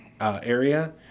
area